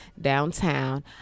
downtown